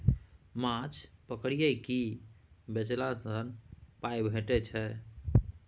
माछ पकरि केँ बेचला सँ पाइ भेटै छै